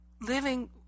living